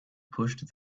pushed